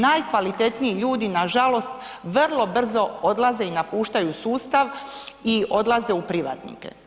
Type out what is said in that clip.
Najkvalitetniji ljudi nažalost vrlo brzo odlaze i napuštaju sustav i odlaze u privatnike.